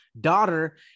daughter